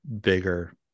bigger